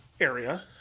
area